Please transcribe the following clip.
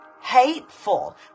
hateful